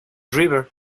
river